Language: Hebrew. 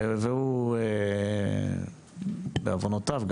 והוא בעוונותיו,